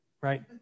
right